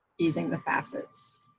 using the facets